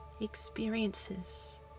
experiences